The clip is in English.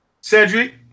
Cedric